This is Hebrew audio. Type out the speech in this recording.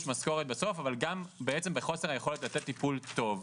המשכורת אבל גם בעצם בחוסר היכולת לתת טיפול טוב,